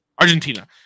Argentina